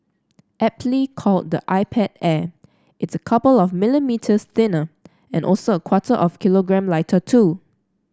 aptly called the iPad Air it's a couple of millimetres thinner and also a quarter of kilogram lighter too